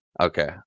Okay